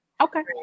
okay